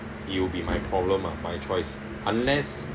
it will be my problem ah my choice unless